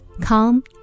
Come